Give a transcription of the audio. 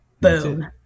Boom